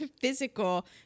physical